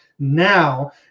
now